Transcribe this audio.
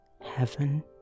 heaven